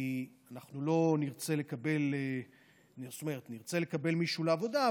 כי נרצה לקבל מישהו לעבודה,